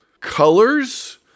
colors